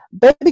Baby